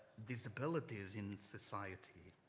disabilities in society.